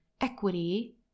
equity